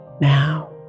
now